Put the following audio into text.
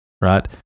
right